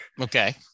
okay